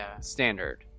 standard